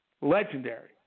Legendary